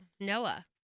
Noah